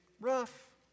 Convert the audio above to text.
rough